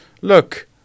look